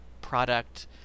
product